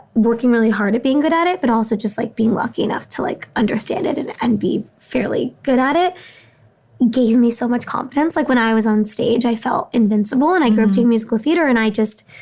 working really hard at being good at it, but also just like being lucky enough to like understand it and and be fairly good at it gave me so much confidence. like when i was onstage, i felt invincible. and i grew up doing musical theater. and i just,